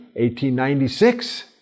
1896